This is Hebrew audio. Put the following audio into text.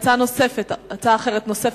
הצעה אחרת נוספת,